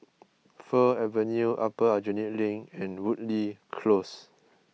Fir Avenue Upper Aljunied Link and Woodleigh Close